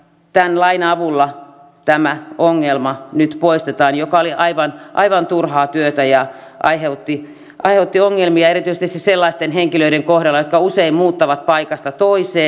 tämän lain avulla nyt poistetaan tämä ongelma joka oli aivan turhaa työtä ja aiheutti ongelmia erityisesti sellaisten henkilöiden kohdalla jotka usein muuttavat paikasta toiseen